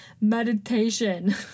meditation